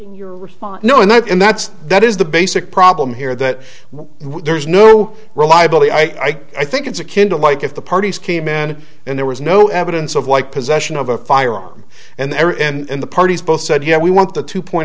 your response knowing that and that's that is the basic problem here that there's no reliable the i i think it's a kinda like if the parties came in and there was no evidence of why possession of a firearm and there and the parties both said yeah we want the two point